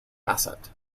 asset